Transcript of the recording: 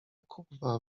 kubwa